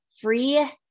free